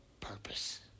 purpose